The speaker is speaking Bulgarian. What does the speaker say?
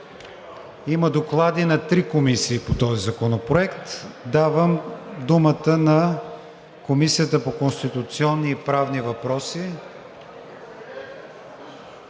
Има доклади на три комисии по този законопроект. Давам думата на Комисията по конституционни и правни въпроси.